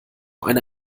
eine